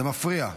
זה מפריע.